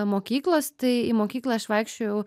mokyklos tai į mokyklą aš vaikščiojau